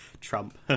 Trump